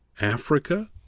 Africa